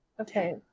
Okay